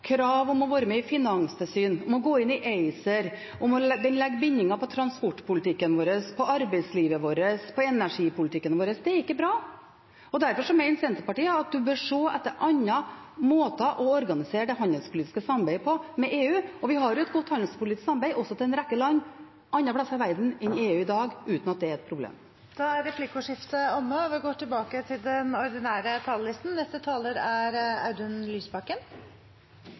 krav om å være med i finanstilsyn, om å gå inn i ACER – den legger bindinger på transportpolitikken vår, på arbeidslivet vårt, på energipolitikken vår. Det er ikke bra. Derfor mener Senterpartiet at en bør se etter andre måter å organisere det handelspolitiske samarbeidet med EU på. Vi har jo et godt handelspolitisk samarbeid også i dag med en rekke land andre steder i verden enn i EU, uten at det er et problem. Replikkordskiftet er dermed omme. Vi har en statsminister i Norge som bruker veldig mye av arbeidstiden sin på vedvarende kriseterapi og krisehåndtering. Da er